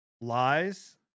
lies